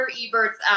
Ebert's